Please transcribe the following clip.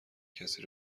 کسی